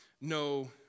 no